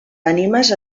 ànimes